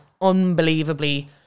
unbelievably